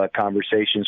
conversations